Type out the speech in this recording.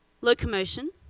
locomotion,